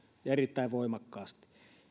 ja erittäin voimakkaasti